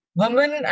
women